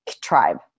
tribe